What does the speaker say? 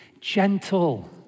Gentle